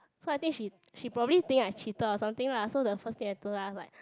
so I think she she probably think I cheated or something lah so the first time I told her I was like